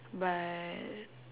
but